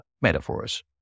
metaphors